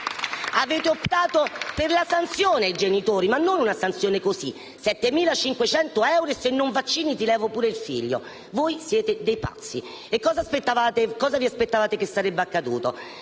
avete optato per la sanzione ai genitori. Ma non una sanzione da poco: 7.500 euro, e se non vaccini, ti levo pure il figlio. Voi siete dei pazzi. E cosa vi aspettavate che sarebbe accaduto?